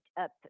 up